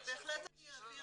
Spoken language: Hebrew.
אבל בהחלט אעביר